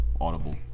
Audible